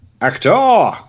Actor